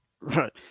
Right